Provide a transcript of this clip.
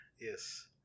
Yes